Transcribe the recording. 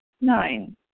Nine